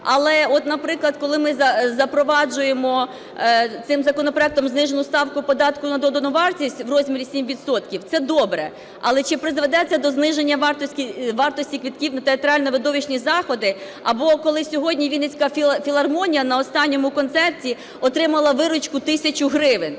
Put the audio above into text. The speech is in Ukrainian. от, наприклад, коли ми запроваджуємо цим законопроектом знижену ставку податку на додану вартість в розмірі 7 відсотків – це добре. Але чи призведе це до зниження вартості квитків на театрально-видовищні заходи? Або, коли сьогодні Вінницька філармонія на останньому концерті отримала виручку 1 тисячу гривень.